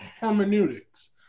hermeneutics